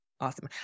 Awesome